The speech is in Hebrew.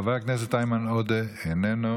חבר הכנסת איימן עודה איננו,